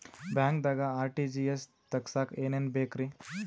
ಬ್ಯಾಂಕ್ದಾಗ ಆರ್.ಟಿ.ಜಿ.ಎಸ್ ತಗ್ಸಾಕ್ ಏನೇನ್ ಬೇಕ್ರಿ?